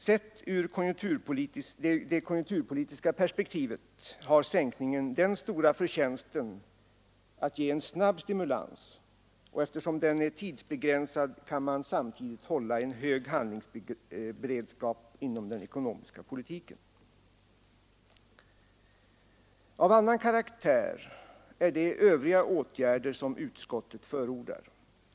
Sett ur det konjunkturpolitiska perspektivet har sänkningen den stora förtjänsten att ge en snabb stimulans, och eftersom den är tidsbegränsad kan man samtidigt hålla en hög handlingsberedskap inom den ekonomiska politiken. Av annan karaktär är de övriga åtgärder som utskottet förordar.